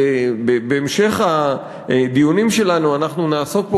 בהמשך הדיונים שלנו אנחנו נעסוק פה